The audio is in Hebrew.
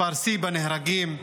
שיא במספר ההרוגים,